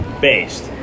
based